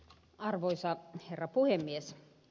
arvoisa herra puhemies